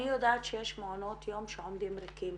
אני יודעת שיש מעונות יום שעומדים ריקים